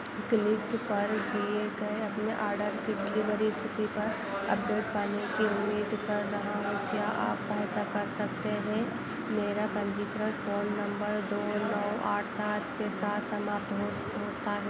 click पर किए गए अपने औडर की डिलीवरी स्थिति पर अपडेट पाने के लिए कर रहा हूँ क्या आप सहायता कर सकते हैं मेरा पंजीकृत फोन नंबर दो नौ आठ सात के साथ समाप्त हो होता है